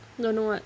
don't know what